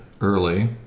early